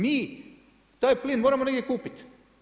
Mi taj plin moramo negdje kupiti.